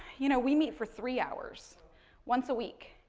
you know, we meet for three hours once a week.